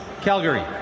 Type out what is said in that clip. calgary